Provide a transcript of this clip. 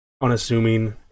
Unassuming